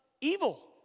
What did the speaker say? evil